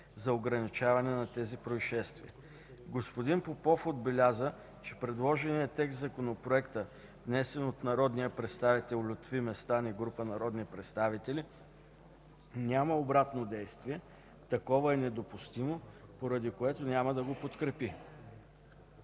за ограничаване на тези произшествия. Господин Попов отбеляза, че предложеният текст в Законопроекта, внесен от народния представител Лютви Местан и група народни представители, няма обратно действие, такова е недопустимо, поради което няма да го подкрепи.